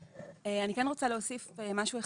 אני כן רוצה להוסיף משהו אחד,